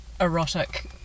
erotic